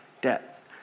debt